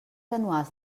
anuals